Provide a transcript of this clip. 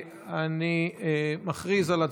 אני מכריז על הצבעה: